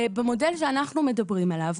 מודל שאנחנו מדברים עליו,